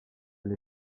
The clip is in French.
elle